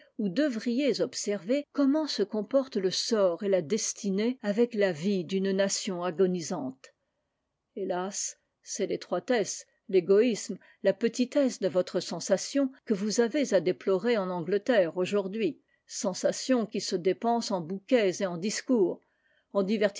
vous observez ou devriez observer comment se comportent le sort et la des née avec la vie d'une nation agonisante hélas c'est l'étroitesse l'égoïsme la petitesse de votre sensation que vous avez à déplorer en angleterre aujourd'hui sensation qui se dépense en bouquets et en discours en